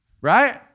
Right